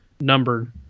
numbered